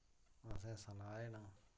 असें सनाए न